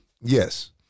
Yes